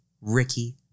Ricky